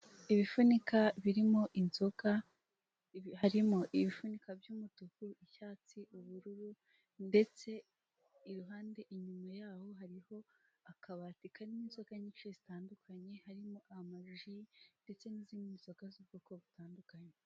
Ibifunika birimo inzoga harimo ibifunika by'umutuku, icyatsi, ubururu ndetse iruhande inyuma yaho hariho akabati karimo inzoga nyinshi zitandukanye, harimo ama jus ndetse n'izindi nzoga z'ubwoko butandukanye.